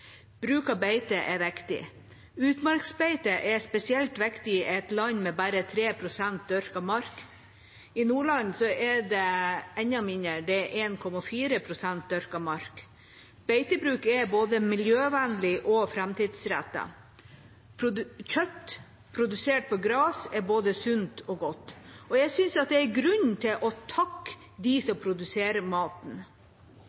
Bruk av beite er viktig. Utmarksbeite er spesielt viktig i et land med bare 3 pst. dyrket mark. I Nordland er det enda mindre, det er 1,4 pst. dyrket mark. Beitebruk er både miljøvennlig og framtidsrettet. Kjøtt produsert på gress er både sunt og godt. Jeg synes det er grunn til å takke